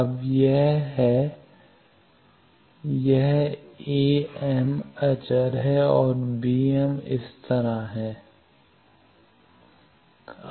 अब यह है यह अचर है और इस तरह है